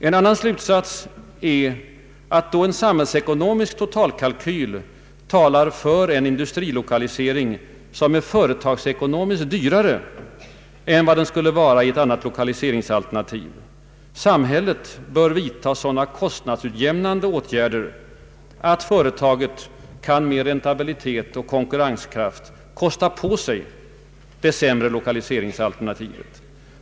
En annan slutsats är att, då en samhällsekonomisk totalkalkyl talar för en industrilokalisering som är företagsekonomiskt dyrare än vad den skulle vara vid ett annat lokaliseringsalternativ, samhället bör vidta sådana kostnadsutjämnande åtgärder att företaget kan med räntabilitet och konkurrenskraft ”kosta på sig” det sämre lokaliseringsalternativet.